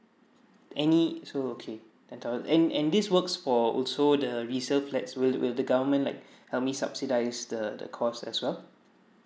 any so okay and and this works for also the resale flats will will the government like help me subsidise the the cost as well